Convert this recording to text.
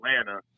Atlanta